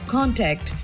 Contact